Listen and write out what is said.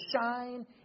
shine